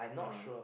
oh